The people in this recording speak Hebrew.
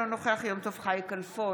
אינו נוכח יום טוב חי כלפון,